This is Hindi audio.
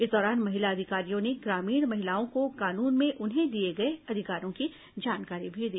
इस दौरान महिला अधिकारियों ने ग्रामीण महिलाओं को कानून में उन्हें दिए गए अधिकारों की जानकारी भी दी